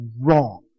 wrong